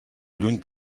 lluny